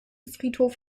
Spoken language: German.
friedhof